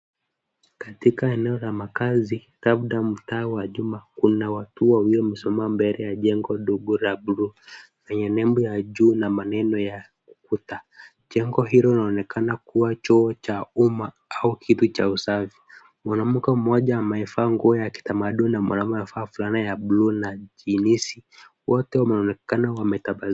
Katika eneo la makazi labda mtaa wa Juma, kuna watu waliosimama mbele ya jengo ndogo la bluu lenye nembo ya juu na maneno ya ukuta. Jengo hilo linaonekana kuwa choo cha umma au kitu cha usafi, mwanamke mmoja amevaa nguo ya kitamaduni na mwanamume amevaa fulana ya bluu na jeans, wote wameonekana wametabasamu.